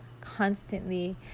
constantly